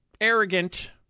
arrogant